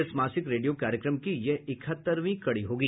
इस मासिक रेडियो कार्यक्रम की यह इकहत्तरवीं कड़ी होगी